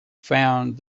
found